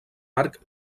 arc